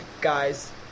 guys